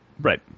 Right